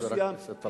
חבר הכנסת טלב אלסאנע.